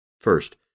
First